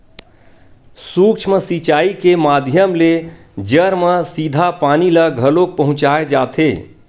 सूक्ष्म सिचई के माधियम ले जर म सीधा पानी ल घलोक पहुँचाय जाथे